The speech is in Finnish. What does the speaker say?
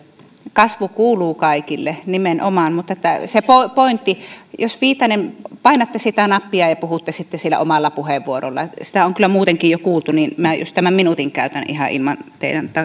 kasvu kuuluu kaikille nimenomaan mutta se pointti jos viitanen painatte sitä nappia ja puhutte sitten sillä omalla puheenvuorolla sitä on kyllä muutenkin jo kuultu niin minä tämän minuutin käytän ihan ilman teidän